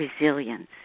resilience